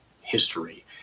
history